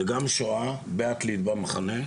זה גם שואה בעתלית, במחנה.